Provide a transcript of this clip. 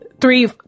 three